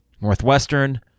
Northwestern